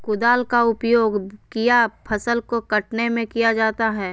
कुदाल का उपयोग किया फसल को कटने में किया जाता हैं?